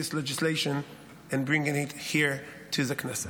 legislation and bringing it here to the Knesset.